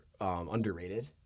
underrated